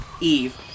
Eve